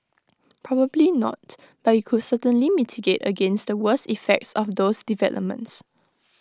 probably not but IT could certainly mitigate against the worst effects of those developments